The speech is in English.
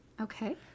Okay